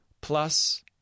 plus